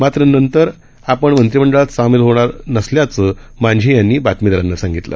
मात्र आपण मंत्रीमंडळात सामिल होणार नसल्याचं मांझी यांनी नंतर बातमीदारांना सांगितलं